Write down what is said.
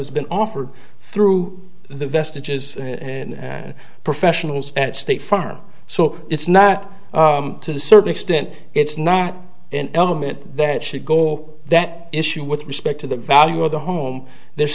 has been offered through the vestiges of professionals at state farm so it's not to the certain extent it's not an element that should go that issue with respect to the value of the home there's